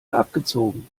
abgezogen